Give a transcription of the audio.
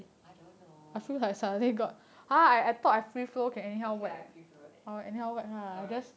I don't know okay lah free flow then alright